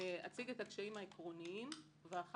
את הקשיים העקרוניים, ואז